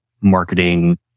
marketing